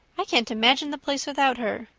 i can't imagine the place without her.